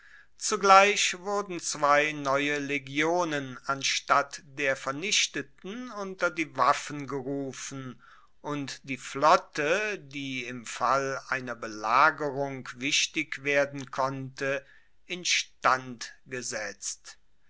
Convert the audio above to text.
zugleich wurden zwei neue legionen anstatt der vernichteten unter die waffen gerufen und die flotte die im fall einer belagerung wichtig werden konnte instand gesetzt